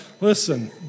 Listen